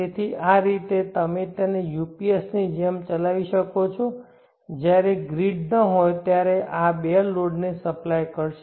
તેથી આ રીતે તમે તેને UPS ની જેમ ચલાવી શકો છો જ્યારે ગ્રીડ ન હોય ત્યારે આ બે લોડને સપ્લાય કરશે